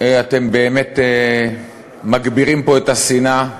אתם באמת מגבירים פה את השנאה,